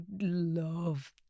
love